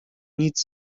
nic